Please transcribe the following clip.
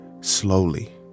Slowly